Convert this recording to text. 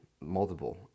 Multiple